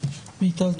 מיטל,